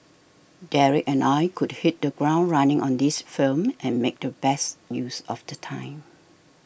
Derek and I could hit the ground running on this film and make the best use of the time